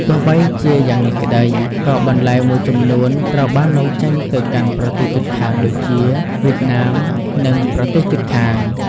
ទោះបីជាយ៉ាងនេះក្តី ក៏បន្លែមួយចំនួនត្រូវបាននាំចេញទៅកាន់ប្រទេសជិតខាងដូចជា វៀតណាម និងប្រទេសជិតខាង។